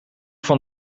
van